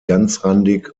ganzrandig